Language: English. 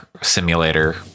simulator